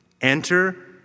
Enter